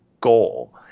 goal